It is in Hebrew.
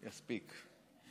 יספיק.